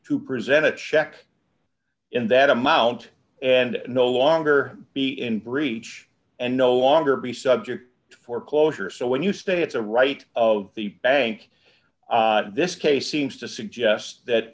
to present a check in that amount and no longer be in breach and no longer be subject to foreclosure so when you say it's a right of the bank this case seems to suggest that